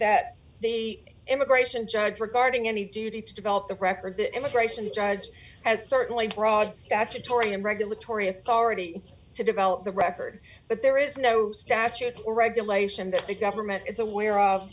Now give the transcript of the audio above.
that the immigration judge regarding any duty to develop the record the immigration judge has certainly broad statutory and regulatory authority to develop the record but there is no statute or regulation that the government is aware of